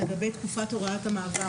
לגבי "תקופת הוראת המעבר",